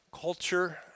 culture